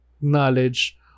knowledge